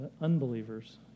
unbelievers